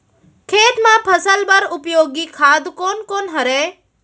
खेत म फसल बर उपयोगी खाद कोन कोन हरय?